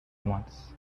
months